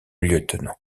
lieutenant